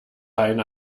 eine